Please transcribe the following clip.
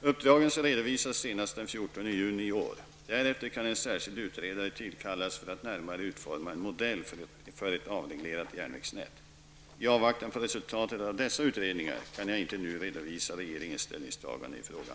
Uppdragen skall redovisas senast den 14 juni i år. Därefter kan en särskilt utredare tillkallas för att närmare utforma en modell för ett avreglerat järnvägsnät. I avvaktan på resultatet av dessa utredningar kan jag inte nu redovisa regeringens ställningstagande i frågan.